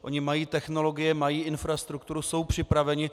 Oni mají technologie, mají infrastrukturu, jsou připraveni.